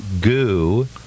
Goo